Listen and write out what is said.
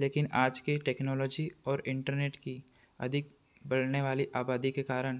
लेकिन आज के टेक्नोलॉजी और इंटरनेट की अधिक बढ़ने वाली आबादी के कारण